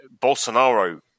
Bolsonaro